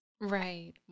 Right